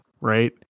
right